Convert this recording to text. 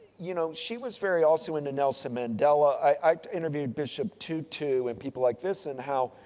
you know, she was very also into nelson mandela. i interviewed bishop tutu and people like this and how,